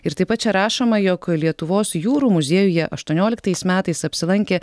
ir taip pat čia rašoma jog lietuvos jūrų muziejuje aštuonioliktais metais apsilankė